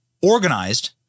organized